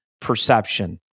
perception